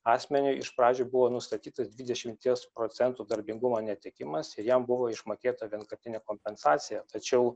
asmeniui iš pradžių buvo nustatytas dvidešimties procentų darbingumo netekimas ir jam buvo išmokėta vienkartinė kompensacija tačiau